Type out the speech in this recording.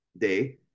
day